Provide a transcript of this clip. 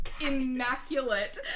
immaculate